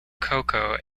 cocoa